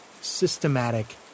systematic